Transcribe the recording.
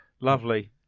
Lovely